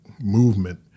movement